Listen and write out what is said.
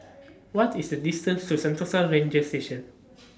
What IS The distance to Sentosa Ranger Station